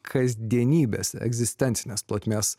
kasdienybės egzistencines plotmės